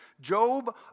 Job